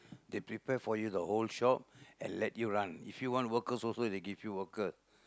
they prepare for you the whole shop and let you run if you want workers also they give you workers